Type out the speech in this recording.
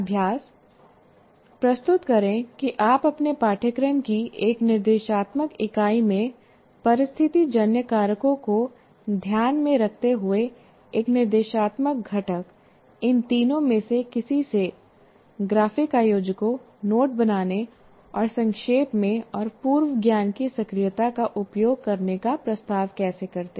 अभ्यास प्रस्तुत करें कि आप अपने पाठ्यक्रम की एक निर्देशात्मक इकाई में परिस्थितिजन्य कारकों को ध्यान में रखते हुए एक निर्देशात्मक घटक इन तीनों में से किसी से ग्राफिक आयोजकों नोट बनाने और संक्षेप में और पूर्व ज्ञान की सक्रियता का उपयोग करने का प्रस्ताव कैसे करते हैं